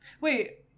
Wait